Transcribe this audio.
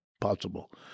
possible